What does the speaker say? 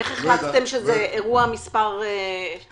איך החלטתם שזה אירוע מספר 2